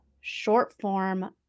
short-form